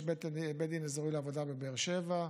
יש בית דין אזורי לעבודה בבאר שבע,